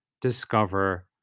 discover